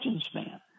span